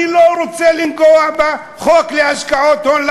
אני לא רוצה לנגוע בחוק להשקעות הון,